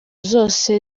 zose